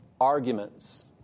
arguments